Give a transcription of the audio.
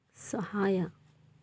ಸಹಾಯ